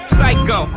Psycho